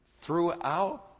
throughout